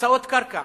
הקצאות קרקע,